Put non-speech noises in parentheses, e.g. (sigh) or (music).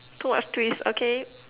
too much twist okay (laughs)